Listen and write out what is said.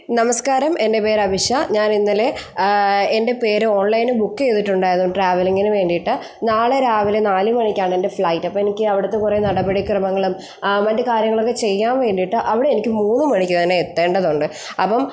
നമസ്ക്കാരം എൻ്റെ പേര് അഭിഷ ഞാൻ ഇന്നലെ എൻ്റെ പേര് ഓൺലൈനിൽ ബുക്ക് ചെയ്തിട്ടുണ്ടായിരുന്നു ട്രാവല്ലിംഗിന് വേണ്ടിയിട്ട് നാളെ രാവിലെ നാലു മണിക്കാണ് എൻ്റെ ഫ്ലൈറ്റ് അപ്പോൾ എനിക്ക് അവിടെത്തെ കുറേ നടപടി ക്രമങ്ങളും ആ മറ്റ് കാര്യങ്ങളൊക്കെ ചെയ്യാൻ വേണ്ടിയിട്ട് അവിടെ എനിക്ക് മൂന്ന് മണിക്കുതന്നെ എത്തേണ്ടതുണ്ട് അപ്പം